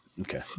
Okay